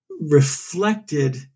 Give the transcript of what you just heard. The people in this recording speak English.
reflected